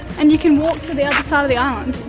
and you can walk to the other side of the island,